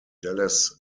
dallas